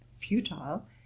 futile